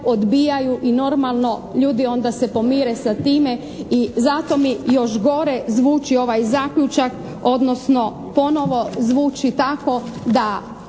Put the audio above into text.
odbijaju i normalno ljudi onda se pomire sa time i zato mi još gore zvuči ovaj zaključak, odnosno ponovo zvuči tako da